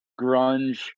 grunge